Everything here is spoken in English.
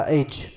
age